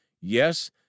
yes